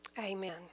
Amen